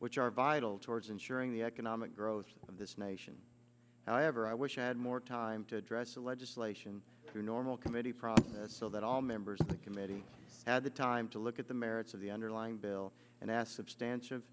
which are vital towards ensuring the economic growth of this nation however i wish i had more time to address the legislation through normal committee process so that all members of the committee had the time to look at the merits of the underlying bill and asked substantial